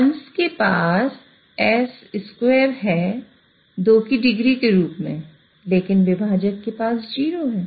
अंश के पास s2 है 2 की डिग्री के रूप में है लेकिन विभाजक के पास 0 है